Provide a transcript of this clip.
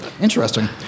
Interesting